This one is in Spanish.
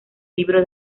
libro